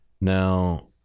now